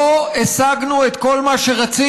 לא השגנו את כל מה שרצינו,